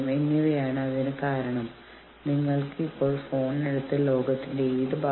സംഘടന ജീവനക്കാരെ ഭീഷണിപ്പെടുത്തിയേക്കാം